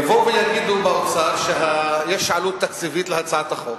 יבואו ויגידו באוצר שיש עלות תקציבית להצעת החוק.